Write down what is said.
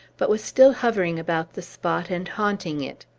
but was still hovering about the spot and haunting it.